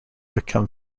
become